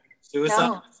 Suicide